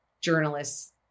journalists